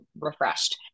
refreshed